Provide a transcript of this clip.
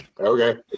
Okay